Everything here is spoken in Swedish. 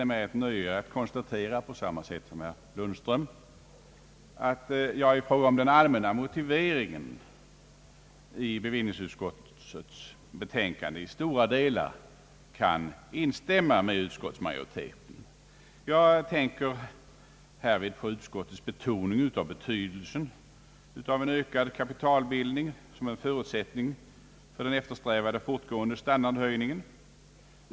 Det är mig ett nöje som reservant att konstatera — på samma sätt som herr Lundström — att jag i fråga om den allmänna motiveringen i bevillningsutskottets betänkande i stora delar kan instämma med utskottsmajoriteten. Jag tänker härvid på utskottets betoning av betydelsen av en ökad kapitalbildning som en förutsättning för den eftersträvade fortgående <standardhöjningen.